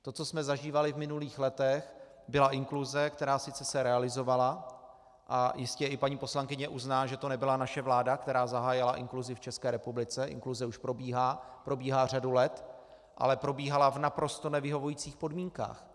To, co jsme zažívali v minulých letech, byla inkluze, která se sice realizovala, a jistě i paní poslankyně uzná, že to nebyla naše vláda, která zahájila inkluzi v České republice, inkluze už probíhá řadu let, ale probíhala v naprosto nevyhovujících podmínkách.